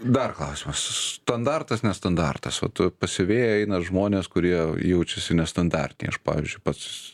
dar klausimas standartas ne standartas vat pas siuvėją eina žmonės kurie jaučiasi nestandartiniai aš pavyzdžiui pats